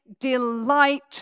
delight